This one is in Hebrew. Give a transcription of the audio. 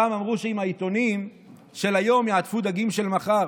פעם אמרו שעם העיתונים של היום יעטפו דגים של מחר.